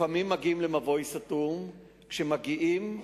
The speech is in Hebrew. לפעמים מגיעים למבוי סתום, וכשמגיעים,